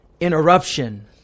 interruption